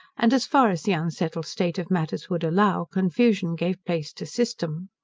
and, as far as the unsettled state of matters would allow, confusion gave place to system.